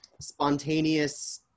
spontaneous